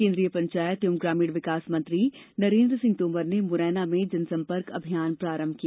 केन्द्रीय पंचायत एवं ग्रामीण विकास मंत्री नरेन्द्र सिंह तोमर ने मुरैना में जनसंपर्क अभियान प्रारंभ किया